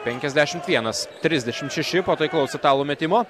penkiasdešimt vienas trisdešimt šeši po taiklaus italų metimo